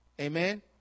Amen